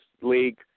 league